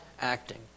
acting